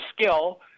skill